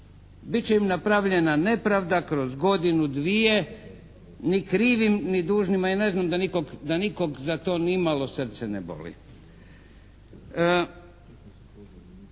Bit će im napravljena nepravda kroz godinu, dvije, ni krivim ni dužnima i ne znam da nikog za to nimalo srce ne boli.